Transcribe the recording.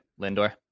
Lindor